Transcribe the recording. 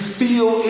feel